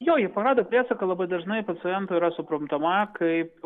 jo hipokrato priesaika labai dažnai visada yra suprantama kaip